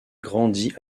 grandit